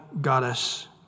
goddess